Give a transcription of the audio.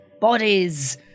Bodies